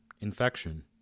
infection